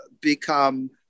become